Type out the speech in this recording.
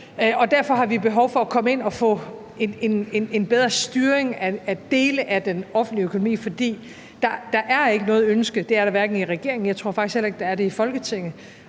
derfor har vi behov for at komme ind og få en bedre styring af dele af den offentlige økonomi. For der er i regeringen ikke noget ønske om, og det tror jeg faktisk heller ikke der er i Folketinget,